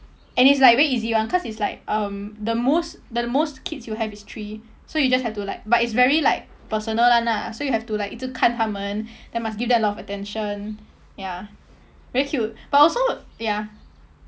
and it's like very easy [one] cause it's like um the most the most kids you have is three so you just have to like but it's very like personal [one] ah so you have to like 依旧看他们 then must give a lot of attention ya very cute but also ya